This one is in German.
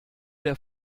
der